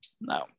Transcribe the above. Now